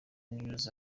news